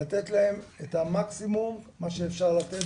לתת להם את המקסימום שאפשר לתת.